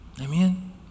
Amen